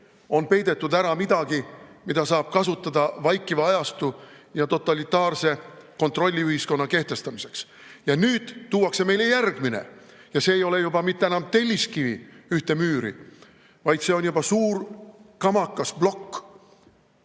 on peidetud ära midagi, mida saab kasutada vaikiva ajastu ja totalitaarse kontrolliühiskonna kehtestamiseks. Ja nüüd tuuakse meile järgmine, ja see ei ole mitte enam telliskivi ühte müüri, vaid see on juba suur kamakas, plokk.